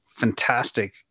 fantastic